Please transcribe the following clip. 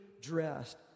dressed